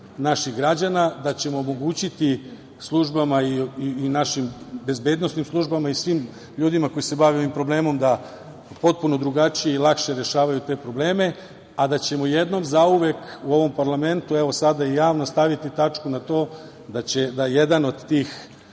naših građana, da ćemo omogućiti službama, i našim bezbednosnim službama i svim ljudima koji se bave ovim problemom, da potpuno drugačije i lakše rešavaju te probleme, a da ćemo jednom zauvek u ovom parlamentu, evo sada i javno, staviti tačku na to da jedan od tih